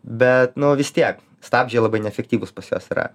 bet vis tiek stabdžiai labai neefektyvūs pas juos yra